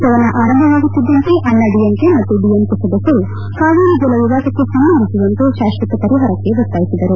ಸದನ ಆರಂಭವಾಗುತ್ತಿದ್ಲಂತೆ ಅಣ್ಣಾ ಡಿಎಂಕೆ ಮತ್ತು ಡಿಎಂಕೆ ಸದಸ್ನರು ಕಾವೇರಿ ಜಲ ವಿವಾದಕ್ಕೆ ಸಂಬಂಧಿಸಿದಂತೆ ಶಾಶ್ವತ ಪರಿಹಾರಕ್ಕೆ ಒತ್ತಾಯಿಸಿದರು